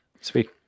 sweet